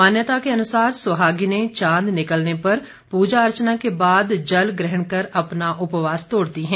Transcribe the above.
मान्यता के अनुसार सुहागिनें चांद निकलने पर पूजा अर्चना के बाद जल ग्रहण कर अपना उपवास तोड़ती है